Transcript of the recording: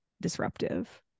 disruptive